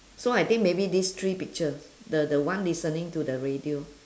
so I think maybe these three picture the the one listening to the radio